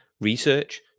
research